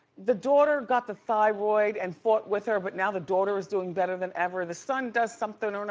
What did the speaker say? the daughter got the thyroid and fought with her, but now the daughter is doing better than ever. the son does something or and